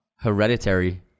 Hereditary